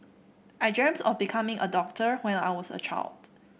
I dreamt of becoming a doctor when I was a child